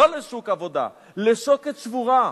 לא לשוק עבודה, לשוקת שבורה.